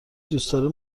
دوستدار